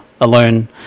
alone